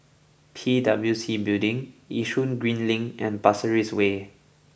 P W C Building Yishun Green Link and Pasir Ris Way